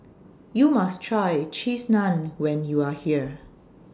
YOU must Try Cheese Naan when YOU Are here